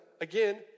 again